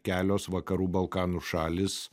kelios vakarų balkanų šalys